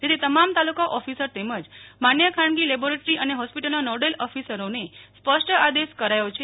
જેથી તમામ તાલુકા ઓફિસર તેમજ માન્ય ખાનગી લેબોરેટરી અને હોસ્પિટલના નોડલ ઓફિસરોને સ્પષ્ટ આદેશ કરાયો છે